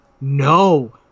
No